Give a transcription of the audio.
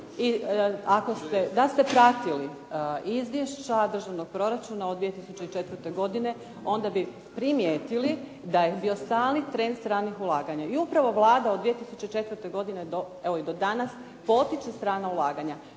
I da ste pratili izvješća državnog proračuna od 2004. godine, onda bi primijetili da je bio stalni trend stranih ulaganja. I upravo Vlada od 2004. godine evo i do danas potiče strana ulaganja.